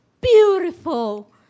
beautiful